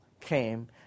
came